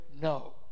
No